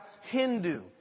Hindu